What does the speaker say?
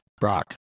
Brock